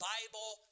Bible